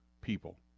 people